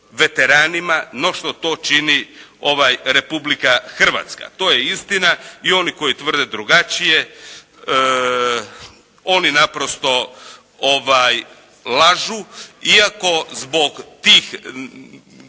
veteranima, no što to čini Republika Hrvatska. To je istina i oni koji tvrde drugačije oni naprosto lažu. Iako zbog tih,